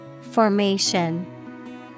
Formation